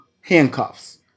handcuffs